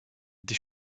des